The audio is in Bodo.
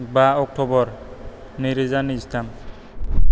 बा अक्ट'बर नै रोजा नैजिथाम